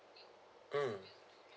mm